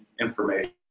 information